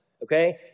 Okay